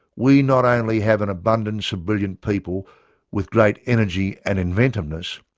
we not only have an abundance of brilliant people with great energy and inventiveness,